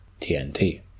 TNT